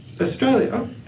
Australia